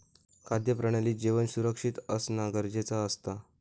खाद्य प्रणालीत जेवण सुरक्षित असना गरजेचा असता